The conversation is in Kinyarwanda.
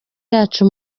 yacu